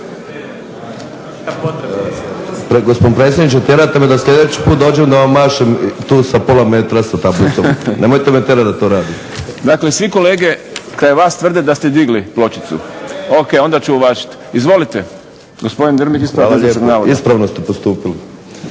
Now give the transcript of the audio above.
Gospodine predsjedniče, tjerate me da sljedeći put dođem da vam mašem tu sa pola metra sa tablicom. Nemojte me tjerat da to radim. **Šprem, Boris (SDP)** Dakle svi kolege kraj vas tvrde da ste digli pločicu. Ok, onda ću uvažiti. Izvolite. Gospodin Drmić, ispravak netočnog